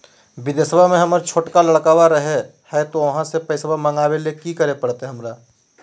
बिदेशवा में हमर छोटका लडकवा रहे हय तो वहाँ से पैसा मगाबे ले कि करे परते हमरा?